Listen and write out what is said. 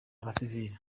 abasivili